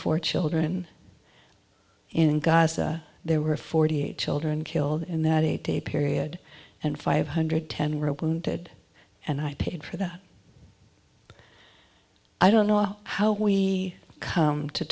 four children in gaza there were forty eight children killed in that eight day period and five hundred ten real wounded and i paid for that i don't know how we come to